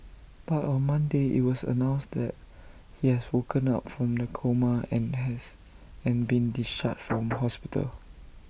but on Monday IT was announced that he has woken up from the coma and has and been discharged from hospital